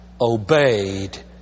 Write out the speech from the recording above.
obeyed